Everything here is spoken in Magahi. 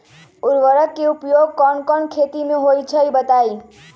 उर्वरक के उपयोग कौन कौन खेती मे होई छई बताई?